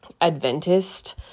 Adventist